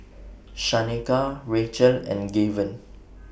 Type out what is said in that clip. Shaneka Rachael and Gaven